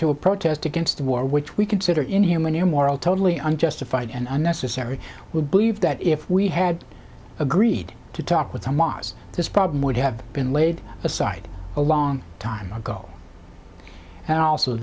to a protest against a war which we consider inhuman immoral totally unjustified and unnecessary we believe that if we had agreed to talk with some losses this problem would have been laid aside a long time ago and also